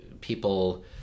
people